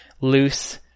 loose